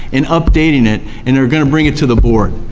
and updating it, and they're going to bring it to the board.